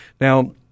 Now